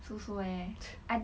so so eh I